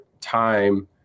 time